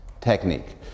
technique